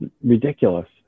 ridiculous